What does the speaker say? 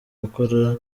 gukora